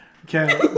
Okay